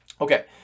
Okay